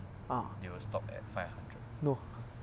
ah !wah!